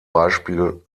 beispiel